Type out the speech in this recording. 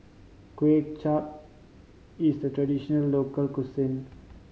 Kuay Chap is a traditional local cuisine